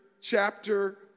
chapter